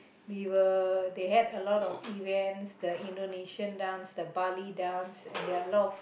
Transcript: we were they had a lot of events the Indonesian dance the Bali dance and there are a lot of